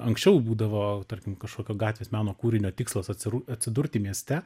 anksčiau būdavo tarkim kažkokio gatvės meno kūrinio tikslas atsiru atsidurti mieste